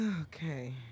Okay